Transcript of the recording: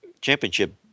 championship